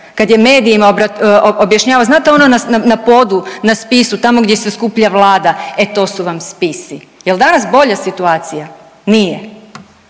kad je medijima objašnjavao, znate ono na podu, na spisu, tamo gdje se skuplja Vlada. E to su vam spisi. Jel' danas bolja situacija? Nije.